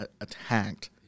attacked